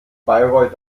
bayreuth